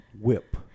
Whip